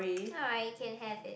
alright can have it